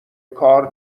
کار